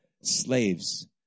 slaves